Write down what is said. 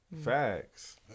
facts